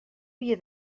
via